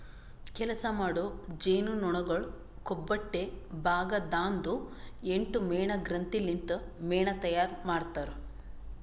ಕೆಲಸ ಮಾಡೋ ಜೇನುನೊಣಗೊಳ್ ಕೊಬ್ಬೊಟ್ಟೆ ಭಾಗ ದಾಂದು ಎಂಟು ಮೇಣ ಗ್ರಂಥಿ ಲಿಂತ್ ಮೇಣ ತೈಯಾರ್ ಮಾಡ್ತಾರ್